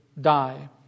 die